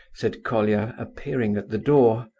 said colia, appearing at the door.